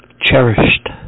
Cherished